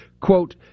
quote